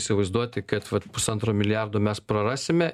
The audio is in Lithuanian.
įsivaizduoti kad vat pusantro milijardo mes prarasime